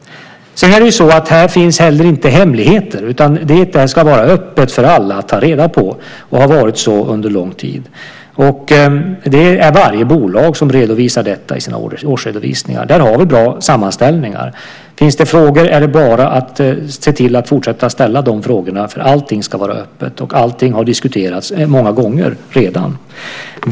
Här finns inte heller några hemligheter, utan detta ska vara öppet för alla att ta reda på. Så har det också varit under lång tid. Det är varje bolag som redovisar detta i sina årsredovisningar. Där har vi bra sammanställningar. Om det finns frågor så är det bara att se till att fortsätta ställa dem. Allting ska vara öppet och allting har redan diskuterats många gånger.